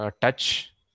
touch